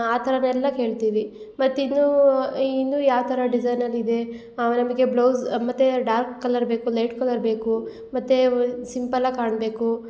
ಆ ಥರದೆಲ್ಲ ಕೇಳ್ತೀವಿ ಮತ್ತು ಇನ್ನು ಇನ್ನು ಯಾವ ಥರ ಡಿಸೈನಲ್ಲಿ ಇದೆ ಆಮೇಲೆ ನಮಗೆ ಬ್ಲೌಸ್ ಮತ್ತು ಡಾರ್ಕ್ ಕಲ್ಲರ್ ಬೇಕು ಲೈಟ್ ಕಲರ್ ಬೇಕು ಮತ್ತು ವ ಸಿಂಪಲ್ಲಾಗಿ ಕಾಣಬೇಕು